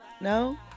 No